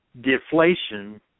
deflation